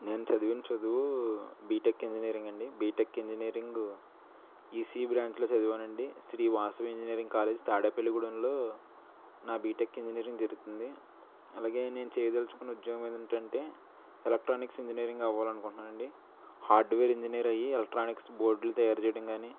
నేను చదివిన చదువు బీటెక్ ఇంజనీరింగ్ అండి బీటెక్ ఇంజనీరింగ్ ఈసీఈ బ్రాంచ్లో చదివాను అండి శ్రీ వాసవి ఇంజనీరింగ్ కాలేజ్ తాడేపల్లిగూడెంలో నా బీటెక్ ఇంజనీరింగ్ జరుగుతుంది అలాగే నేను చేయదలచుకున్న ఉద్యోగం ఏంటంటే ఎలక్ట్రానిక్స్ ఇంజనీరింగ్ అవ్వాలి అనుకుంటున్నాను అండి హార్డ్వేర్ ఇంజనీర్ అయ్యి ఎలక్ట్రానిక్స్ బోర్డ్లు తయారు చేయడం కానీ